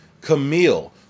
Camille